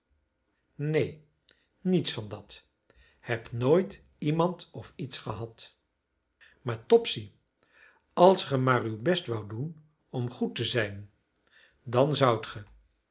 neen niets van dat heb nooit iemand of iets gehad maar topsy als ge maar uw best woudt doen om goed te zijn dan zoudt ge